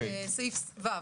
סעיף (ו).